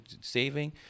saving